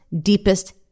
deepest